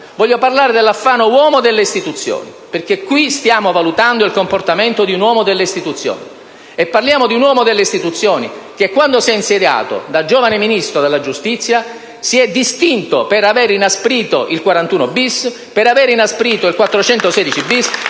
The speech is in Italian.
Voglio parlare dell'Alfano uomo delle istituzioni, perché qui stiamo valutando il comportamento di un uomo delle istituzioni. E parliamo di un uomo delle istituzioni che quando si è insediato, da giovane Ministro della giustizia, si è distinto per aver inasprito il 41-*bis*, per aver inasprito il 416-*bis*,